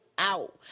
out